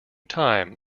time